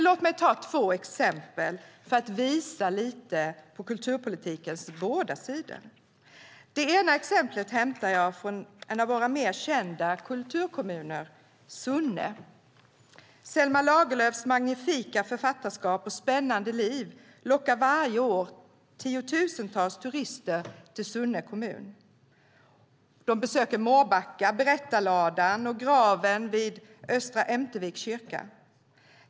Låt mig ta två exempel för att visa lite på kulturpolitikens båda sidor. Det ena exemplet hämtar jag från en av våra mer kända kulturkommuner, Sunne. Selma Lagerlöfs magnifika författarskap och spännande liv lockar varje år tiotusentals turister till Sunne kommun. De besöker Mårbacka, Berättarladan och graven vid Östra Ämterviks kyrka.